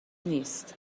نیست